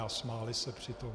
A smáli se při tom.